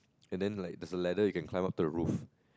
and then like there's a ladder you can climb up the roof